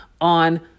on